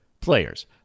players